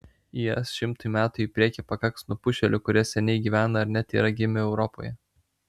is šimtui metų į priekį pakaks nupušėlių kurie seniai gyvena ar net yra gimę europoje